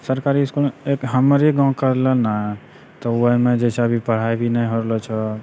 सरकारी आओरके हमरे गाँवके लऽ ने तऽ ओहिमे जे छऽ अभी पढ़ाइ भी नहि हो रहलऽ छऽ